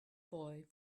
boy